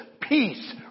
peace